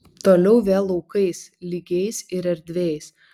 toliau vėl laukais lygiais ir erdviais